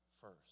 first